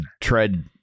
tread